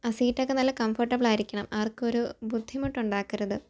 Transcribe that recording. ആ സീറ്റൊക്കെ നല്ല കൺഫോർട്ടബിളായിരിക്കണം ആർക്കും ഒരു ബുദ്ധിമുട്ടുണ്ടാക്കരുത്